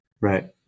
Right